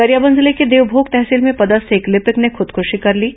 गरियाबंद जिले के देवमोग तहसील में पदस्थ एक लिपिक ने खुदकूशी कर ली है